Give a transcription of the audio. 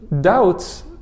Doubts